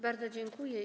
Bardzo dziękuję.